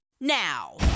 now